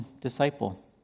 disciple